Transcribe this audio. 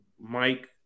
Mike